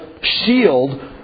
shield